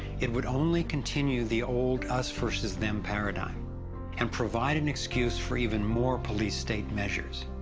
it would only continue the old us versus them paradigm and provide an excuse for even more police state measures.